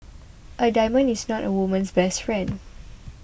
a diamond is not a woman's best friend